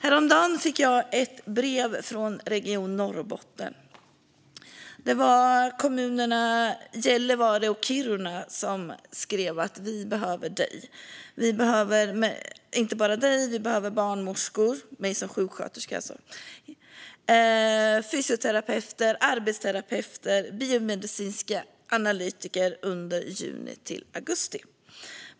Häromdagen fick jag ett brev från Norrbotten. Kommunerna Gällivare och Kiruna skrev att de behöver mig. De behöver mig som sjuksköterska och de behöver barnmorskor, fysioterapeuter, arbetsterapeuter och biomedicinska analytiker under juni-augusti.